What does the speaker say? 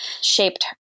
shaped